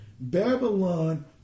Babylon